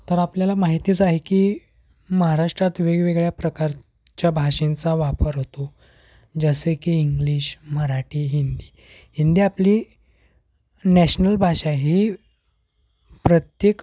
तर आपल्याला माहितीच आहे की महाराष्ट्रात वेगवेगळ्या प्रकारच्या भाषेंचा वापर होतो जसे की इंग्लिश मराठी हिंदी हिंदी आपली नॅशनल भाषा ही प्रत्येक